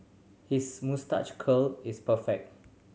his moustache curl is perfect